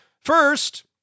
First